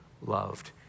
loved